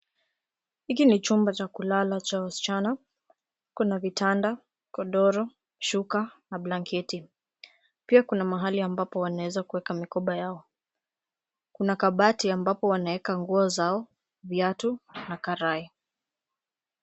Hiki ni chumba cha kulala cha wasichana. Kuna vitanda, godoro, shuka na blanketi. Pia kuna mahali ambapo wanaeza kuweka mikoba yao. Kuna kabati ambapo wanaeka nguo zao, viatu na karai.